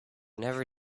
never